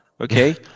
Okay